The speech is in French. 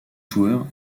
joueur